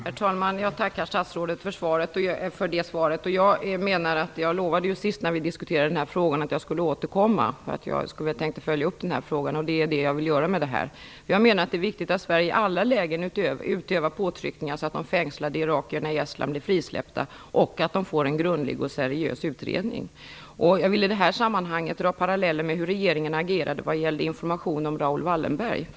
Herr talman! Jag tackar statsrådet för svaret. När vi diskuterade denna fråga senast lovade jag att jag skulle återkomma för att följa upp frågan, vilket jag nu gör. Jag menar att det är viktigt att Sverige i alla lägen utövar påtryckningar så att de fängslade irakierna i Estland blir frisläppta och att de får en grundlig och seriös utredning. Jag vill i det här sammanhanget dra paralleller med hur regeringen agerade i fråga om information om Raoul Wallenberg.